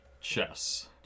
Chess